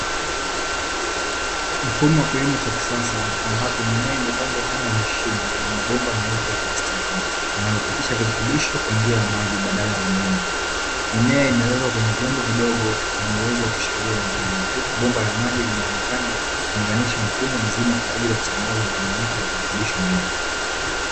Mfumo wa kilimo cha kisasa ambapo mimea imepandwa ndani ya mashimo yenye mabomba meupe ya plastiki, yanayopitisha virutubisho kwa njia ya maji badala ya udongo. Mimea imewekwa kwenye vyombo vidogo vyenye uwezo wa kushikilia mizizi hiyo, huku bomba la maji linaonekana likiunganisha mfumo mzima kwa ajili ya kusambaza mchanganyiko wa virutubisho muhimu.